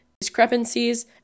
discrepancies